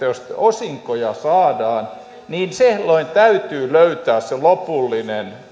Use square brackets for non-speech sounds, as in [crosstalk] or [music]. [unintelligible] jos osinkoja saadaan niin silloin täytyy löytää se lopullinen